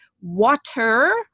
water